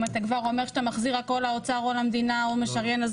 אם אתה כבר אומר שאתה מחזיר הכול לאוצר או למדינה או משריין,